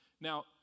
Now